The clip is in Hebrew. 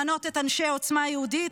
למנות את אנשי עוצמה יהודית?